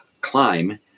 climb